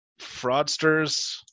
fraudsters